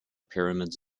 pyramids